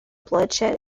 bloodshed